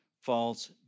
false